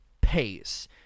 pace